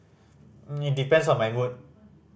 it depends on my mood